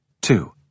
Two